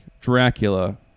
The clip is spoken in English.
Dracula